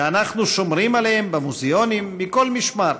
ואנחנו שומרים עליהם במוזיאונים מכל משמר.